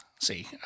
see